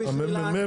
הממ"מ